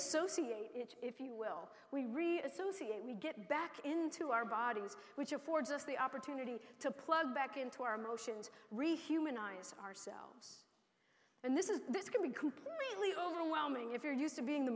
associate if you will we really associate we get back into our bodies which affords us the opportunity to plug back into our emotions re humanize ourselves and this is this could be completely overwhelming if you're used to being the